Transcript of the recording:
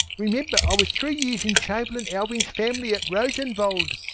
remember i was three years in chamberlain alving's family at rosenvold.